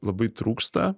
labai trūksta